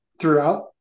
throughout